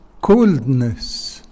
coldness